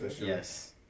yes